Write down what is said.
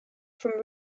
from